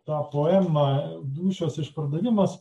tą poemą dūšios išpardavimas